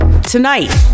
Tonight